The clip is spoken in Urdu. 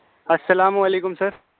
السّلام علیکم سر